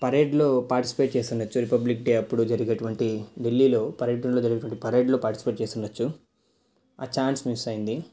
పరెడ్లో participate చేసి ఉండవచ్చు republic day అప్పుడు జరిగేటువంటి ఢిల్లీలో పర్యటనలో జరిగేటువంటి పరెడ్లో పార్టిసిపేట్ చేసి ఉండొచ్చు అ ఛాన్స్ మిస్ అయింది